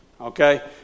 okay